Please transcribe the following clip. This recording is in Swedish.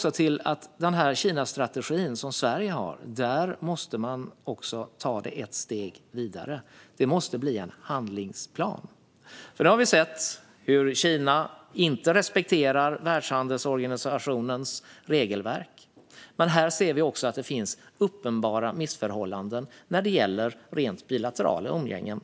Sveriges Kinastrategi måste tas ett steg vidare. Det måste bli en handlingsplan. Vi har sett att Kina inte respekterar Världshandelsorganisationens regelverk och att det finns uppenbara missförhållanden i bilaterala umgängen